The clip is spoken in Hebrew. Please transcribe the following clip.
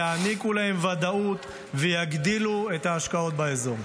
יעניקו להם ודאות ויגדילו את ההשקעות באזור.